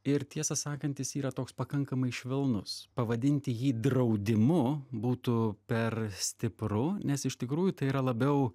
ir tiesą sakant jis yra toks pakankamai švelnus pavadinti jį draudimu būtų per stipru nes iš tikrųjų tai yra labiau